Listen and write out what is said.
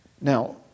Now